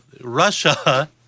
Russia